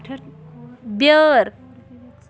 بیٲر